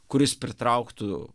kuris pritrauktų